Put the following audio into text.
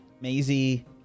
Maisie